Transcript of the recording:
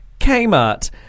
Kmart